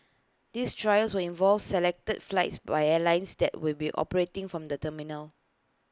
this trials will involve selected flights by airlines that will be operating from the terminal